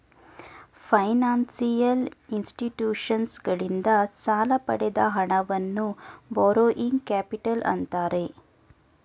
financial ಇನ್ಸ್ಟಿಟ್ಯೂಷನ್ಸಗಳಿಂದ ಸಾಲ ಪಡೆದ ಹಣವನ್ನು ಬಾರೋಯಿಂಗ್ ಕ್ಯಾಪಿಟಲ್ ಅಂತ್ತಾರೆ